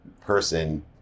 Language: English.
person